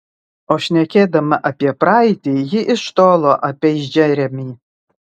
o šnekėdama apie praeitį ji iš tolo apeis džeremį